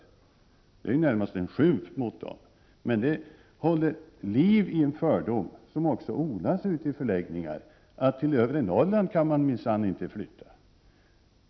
Dessa påståenden är närmast en skymf mot de här kommunerna. Påståendena håller liv i fördomen, som också odlas i förläggningarna, att till övre Norrland kan man inte flytta.